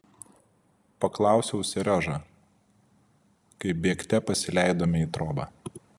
paklausiau seriožą kai bėgte pasileidome į trobą